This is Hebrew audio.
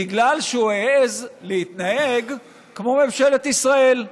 בגלל שהוא העז להתנהג כמו ממשלת ישראל.